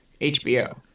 HBO